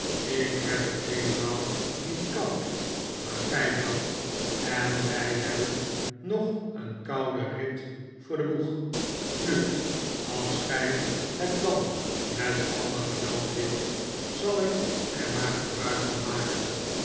ik heb t heelemaal niet koud maar gij wel en wij hebben nog een kouden rit voor den boeg nu als gij het dan met alle geweld wilt zal ik er maar gebruik van maken